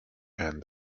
and